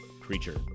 creature